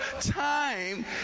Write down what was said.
time